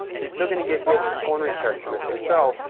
you're still gonna get good, cornery characteristics. so,